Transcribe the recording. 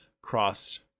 crossed